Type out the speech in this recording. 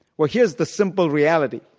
well here's the simple reality.